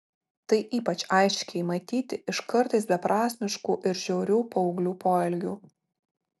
tai ypač aiškiai matyti iš kartais beprasmiškų ir žiaurių paauglių poelgių